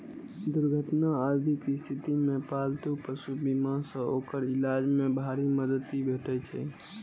दुर्घटना आदिक स्थिति मे पालतू पशु बीमा सं ओकर इलाज मे भारी मदति भेटै छै